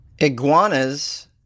Iguanas